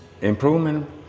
Improvement